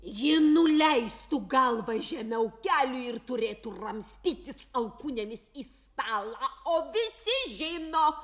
ji nuleistų galvą žemiau kelių ir turėtų ramstytis alkūnėmis į stalą o visi žino